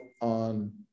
on